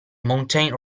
mountain